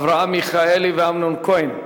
אברהם מיכאלי ואמנון כהן.